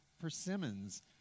persimmons